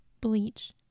bleach